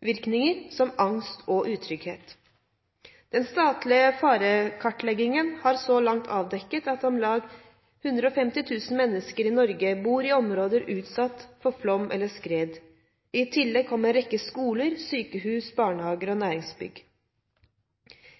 helsevirkninger, som angst og utrygghet. Den statlige farekartleggingen har så langt avdekket at om lag 150 000 mennesker i Norge bor i områder utsatt for flom eller skred. I tillegg kommer en rekke skoler, sykehus, barnehager og næringsbygg.